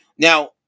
Now